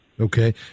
Okay